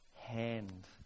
hand